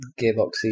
gearboxy